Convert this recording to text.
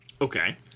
Okay